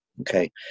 okay